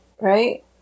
right